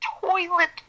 toilet